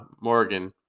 Morgan